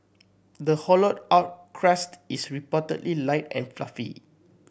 the hollowed out crust is reportedly light and fluffy